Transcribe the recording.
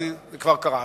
כי זה כבר קרה.